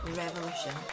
revolution